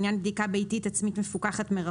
למניינם.